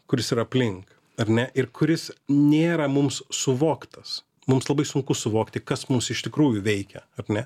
kuris yra aplink ar ne ir kuris nėra mums suvoktas mums labai sunku suvokti kas mus iš tikrųjų veikia ar ne